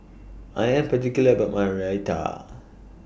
I Am particular about My Raita